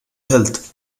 health